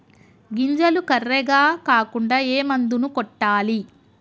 గింజలు కర్రెగ కాకుండా ఏ మందును కొట్టాలి?